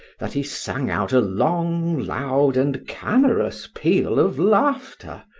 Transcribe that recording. that he sang out a long, loud, and canorous peal of laughter,